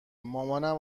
مامانم